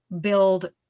build